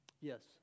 Yes